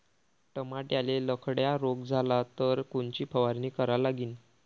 टमाट्याले लखड्या रोग झाला तर कोनची फवारणी करा लागीन?